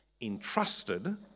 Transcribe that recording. entrusted